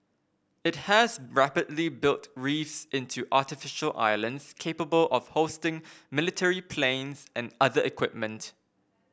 it has rapidly built reefs into artificial islands capable of hosting military planes and other equipment